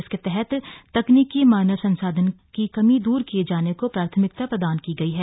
इसके तहत तकनीकी मानव संसाधन की कमी दूर किए जाने को प्राथमिकता प्रदान की गयी है